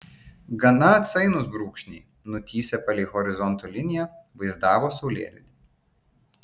gana atsainūs brūkšniai nutįsę palei horizonto liniją vaizdavo saulėlydį